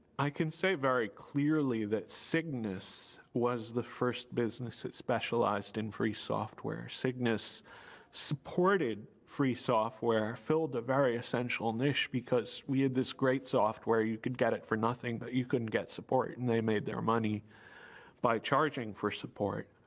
i can say very clearly that cygnus was the first business that specialized in free software. cygnus supported free software, filled a very essential niche because we had this great software, you could get it for nothing but you couldn't get support and they made their money by charging for support.